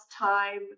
time